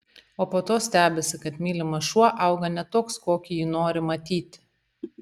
o po to stebisi kad mylimas šuo auga ne toks kokį jį nori matyti